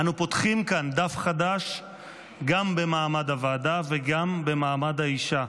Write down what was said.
אנו פותחים כאן דף חדש גם במעמד הוועדה וגם במעמד האישה.